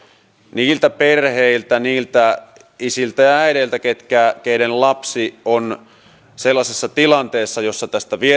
niiltä perheiltä niiltä isiltä ja ja äideiltä keiden lapsi on sellaisessa tilanteessa jossa esimerkiksi tästä vieraannuttamisesta